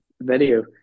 video